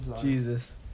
Jesus